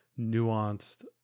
nuanced